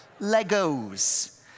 Legos